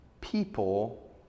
People